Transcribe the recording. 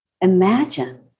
Imagine